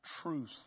truth